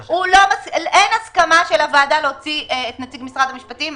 אין הסכמה של הוועדה להוציא את נציג משרד המשפטים.